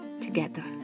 together